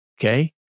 Okay